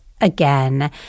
again